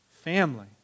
family